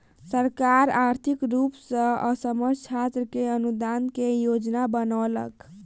सरकार आर्थिक रूप सॅ असमर्थ छात्र के अनुदान के योजना बनौलक